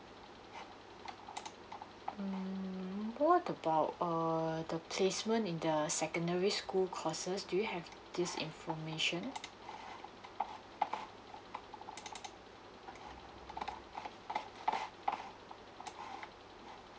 mm what about err the placement in the secondary school courses do you have this information